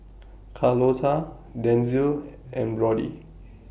Carlota Denzil and Brody